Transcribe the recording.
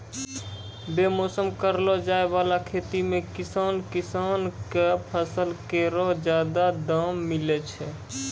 बेमौसम करलो जाय वाला खेती सें किसान किसान क फसल केरो जादा दाम मिलै छै